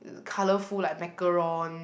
colourful like macaroon